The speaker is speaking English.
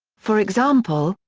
for example,